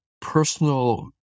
personal